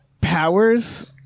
powers